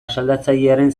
asaldatzailearen